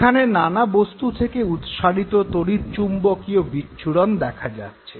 এখানে নানা বস্তু থেকে উৎসারিত তড়িৎচুম্বকীয় বিচ্ছুরণ দেখা যাচ্ছে